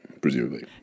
Presumably